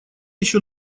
ещё